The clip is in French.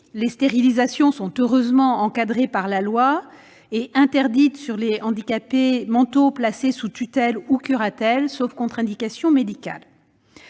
les stérilisations sont heureusement encadrées par la loi et interdites sur les handicapés mentaux placés sous tutelle ou curatelle, sauf indication médicale.